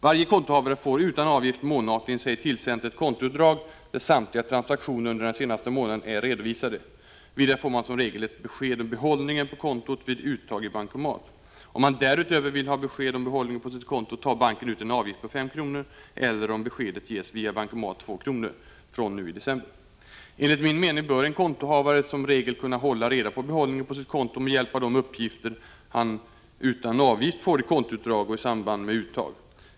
Varje kontohavare får utan avgift månatligen sig tillsänt ett kontoutdrag där samtliga transaktioner under den senaste månaden är redovisade. Vidare får man som regel ett besked om behållningen på kontot vid uttag i bankomat. Om man därutöver vill ha besked om behållningen på sitt konto tar banken ut en avgift på 5 kr. eller, om beskedet ges via bankomat, 2 kr. fr.o.m. nu i december. Enligt min mening bör en kontohavare som regel kunna hålla reda på behållningen på sitt konto med hjälp av de uppgifter han utan avgift får i kontoutdrag och i samband med uttag.